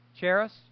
Cheris